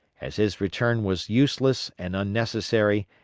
as his return was useless and unnecessary,